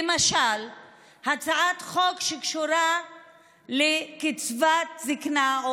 למשל הצעת חוק שקשורה לקצבת זקנה,